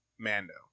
mando